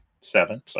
seven